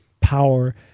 power